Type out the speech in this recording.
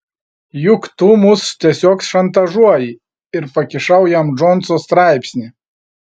juk tu mus tiesiog šantažuoji ir pakišau jam džonso straipsnį